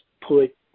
put